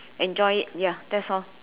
enjoy it ya that's all